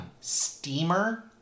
Steamer